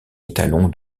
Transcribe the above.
étalon